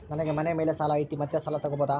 ನನಗೆ ಮನೆ ಮೇಲೆ ಸಾಲ ಐತಿ ಮತ್ತೆ ಸಾಲ ತಗಬೋದ?